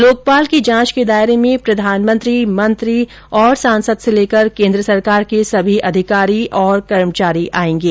लोकपाल के जांच के दायरे में प्रधानमंत्री मंत्री सांसद से लेकर केन्द्र सरकार के सभी अधिकारी और कर्मचारी आएंगे